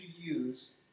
use